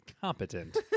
competent